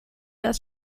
das